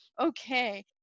okay